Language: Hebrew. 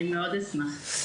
אני מאוד אשמח.